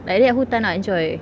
like that who tak nak enjoy